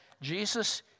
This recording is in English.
Jesus